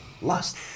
Lust